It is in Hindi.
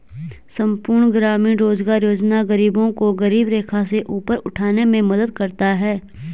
संपूर्ण ग्रामीण रोजगार योजना गरीबों को गरीबी रेखा से ऊपर उठाने में मदद करता है